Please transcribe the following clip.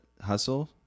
hustle